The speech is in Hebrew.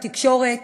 בתקשורת,